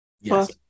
yes